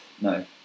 no